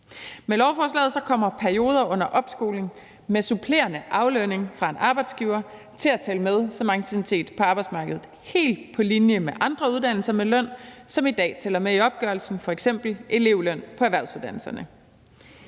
Med lovforslaget kommer perioder under opskoling med supplerende aflønning fra en arbejdsgiver til at tælle med som anciennitet på arbejdsmarkedet, helt på linje med andre uddannelser med løn, som i dag tæller med i opgørelsen, f.eks. elevløn på erhvervsuddannelserne.